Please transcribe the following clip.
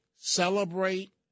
celebrate